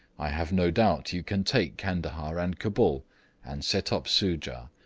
i have no doubt you can take candahar and cabul and set up soojah,